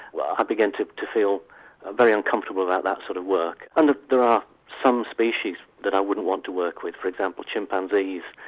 i begin to to feel very uncomfortable about that sort of work. and there are some species that i wouldn't want to work with, for example chimpanzees.